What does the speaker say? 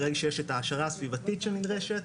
ברגע שיש את ההעשרה הסביבתית שנדרשת.